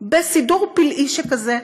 בסידור פלאי שכזה,